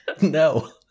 No